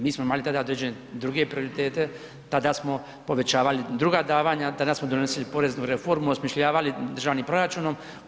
Mi smo imali tada određene druge prioritete, tada smo povećavali druga davanja, tada smo donosili poreznu reformu, osmišljavali državni proračunom.